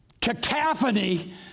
cacophony